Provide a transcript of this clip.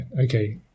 okay